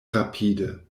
rapide